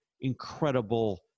incredible